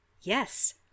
Yes